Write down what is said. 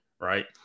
right